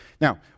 Now